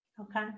Okay